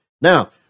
Now